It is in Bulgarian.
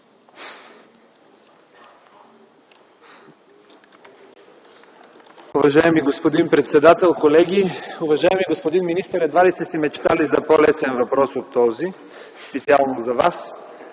Уважаеми господин председател, уважаеми колеги! Уважаеми господин министър, едва ли сте си мечтали за по-лесен въпрос от този, специално за Вас.